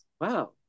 wow